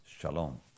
Shalom